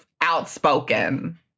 outspoken